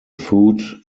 food